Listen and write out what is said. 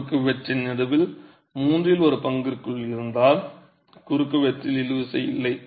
குறுக்குவெட்டின் நடுவில் மூன்றில் ஒரு பங்கிற்குள் இருந்தால் குறுக்குவெட்டில் இழுவிசை இல்லை